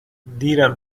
دیرم